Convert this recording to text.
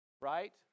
right